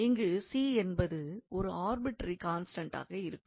இங்கு c என்பது ஒரு ஆர்பிட்ரரி கான்ஸ்டண்டாக இருக்கும்